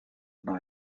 and